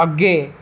अग्गें